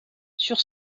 sur